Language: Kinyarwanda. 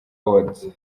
awards